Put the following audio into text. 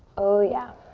oh yeah.